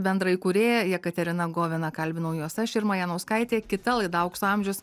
bendraįkūrėja jekaterina govina kalbinau juos aš irma janauskaitė kita laida aukso amžius